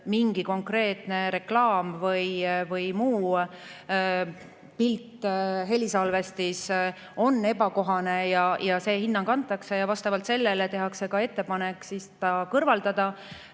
mingi konkreetne reklaam, muu pilt või helisalvestis on ebakohane. See hinnang antakse ja vastavalt sellele tehakse ka ettepanek see kõrvaldada.